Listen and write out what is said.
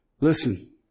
Listen